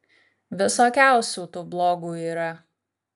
visokiausių tų blogų yra